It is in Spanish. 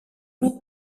club